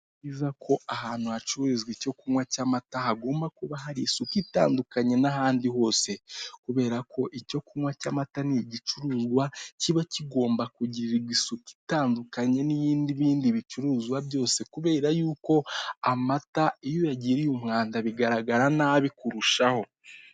Ni byiza ko ahantu hacururizwa icyo kunywa cy'amata hagomba kuba hari isuku itandukanye n'ahandi hose, kubera ko icyo kunywa cy'amata ni igicuruzwa kiba kigomba kugirirwa isuku itandukanye n'ibindi bicuruzwa byose kubera yuko amata iyo uyagiriye umwanda bigaragara nabi kurushaho.